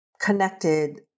connected